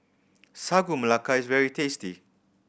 Sagu Melaka is very tasty